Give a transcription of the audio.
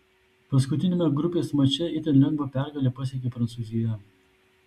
paskutiniame grupės mače itin lengvą pergalę pasiekė prancūzija